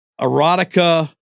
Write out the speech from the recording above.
erotica